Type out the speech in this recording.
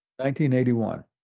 1981